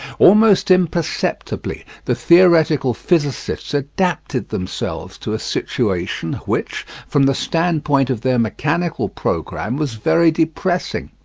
almost imperceptibly the theoretical physicists adapted themselves to a situation which, from the standpoint of their mechanical programme, was very depressing.